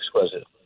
exquisite